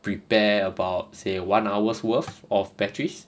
prepare about say one hours worth of batteries